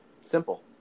Simple